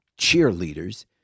cheerleaders